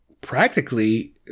practically